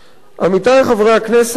עמיתי חברי הכנסת,